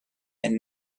and